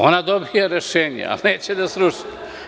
Ona dobija rešenje, a neće da sruši.